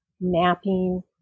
mapping